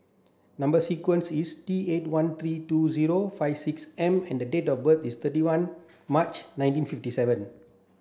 number sequence is T eight one three two zero five six M and date of birth is thirty one March nineteen fifty seven